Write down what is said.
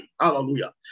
hallelujah